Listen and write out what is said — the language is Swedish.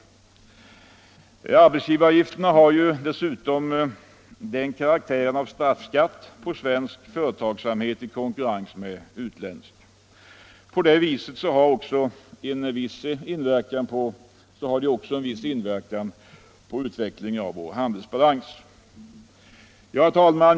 Arbetsgivaravgifterna har dessutom karaktären av straffskatt på svensk företagsamhet i konkurrens med utländsk. På det viset har de också en viss inverkan på utvecklingen av vår handelsbalans. Herr talman!